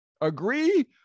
Agree